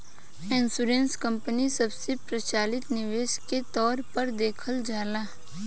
insurance company सबसे प्रचलित निवेश के तौर पर देखल जाला